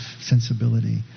sensibility